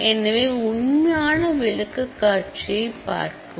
எனவே உண்மையான விளக்கக்காட்சியைப் பார்க்கவும்